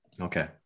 Okay